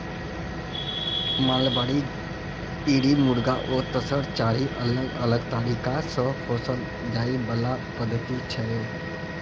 mulberry, eri, muga आ तसर चारि अलग अलग तरीका सँ पोसल जाइ बला पद्धति छै